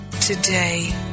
today